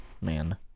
man